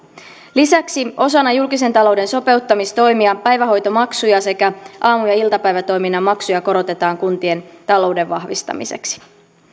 lisäksi osana julkisen talouden sopeuttamistoimia päivähoitomaksuja sekä aamu ja iltapäivätoiminnan maksuja korotetaan kuntien talouden vahvistamiseksi